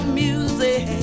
music